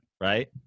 right